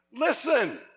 Listen